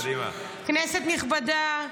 כנסת נכבדה,